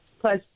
plus